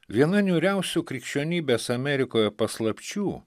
viena niūriausių krikščionybės amerikoje paslapčių